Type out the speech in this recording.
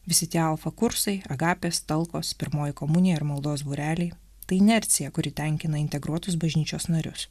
visi tie alfa kursai agapės talkos pirmoji komunija ir maldos būreliai tai ne akcija kuri tenkina integruotus bažnyčios narius